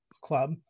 club